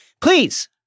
Please